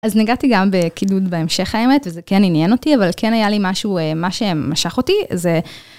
אז נגעתי גם בקידוד בהמשך האמת, אז זה כן עניין אותי, אבל כן היה לי משהו, מה שמשך אותי זה...